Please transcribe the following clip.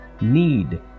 need